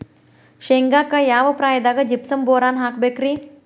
ಶೇಂಗಾಕ್ಕ ಯಾವ ಪ್ರಾಯದಾಗ ಜಿಪ್ಸಂ ಬೋರಾನ್ ಹಾಕಬೇಕ ರಿ?